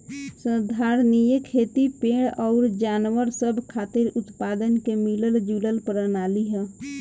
संधारनीय खेती पेड़ अउर जानवर सब खातिर उत्पादन के मिलल जुलल प्रणाली ह